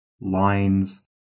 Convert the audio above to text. lines